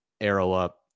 arrow-up